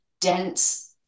dense